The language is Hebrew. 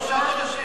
עוד שלושה חודשים.